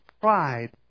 pride